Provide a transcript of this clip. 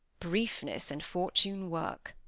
briefness and fortune, work!